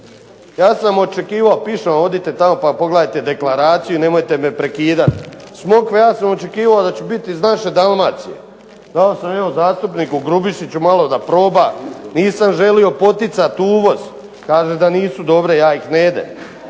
Ja sam očekivao, piše, odite tamo pa pogledajte deklaraciju, nemojte me prekidati. Smokve ja sam očekivao da će biti iz naše Dalmacije, dao sam evo zastupniku Grubišiću malo da proba, nisam želio poticati uvoz, kaže da nisu dobre, ja ih ne jedem.